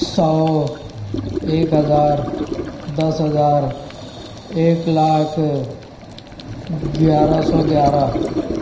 سو ایک ہزار دس ہزار ایک لاکھ گیارہ سو گیارہ